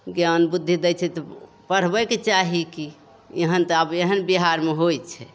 ज्ञान बुद्धि दै छै तऽ पढ़बैके चाही कि एहन तऽ आब एहन बिहारमे होइ छै